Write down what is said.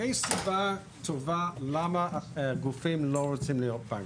יש סיבה טובה למה גופים לא רוצים להיות בנקים.